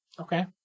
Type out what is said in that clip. Okay